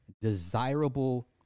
desirable